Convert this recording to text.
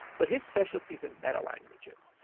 but his specialty is in meta-languages.